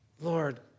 Lord